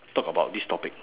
talk about this topic